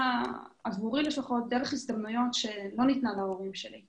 עבורי לפחות נפרסה דרך והזדמנויות שלא ניתנו להורים שלי.